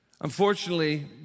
Unfortunately